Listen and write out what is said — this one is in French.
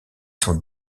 sont